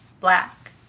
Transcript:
black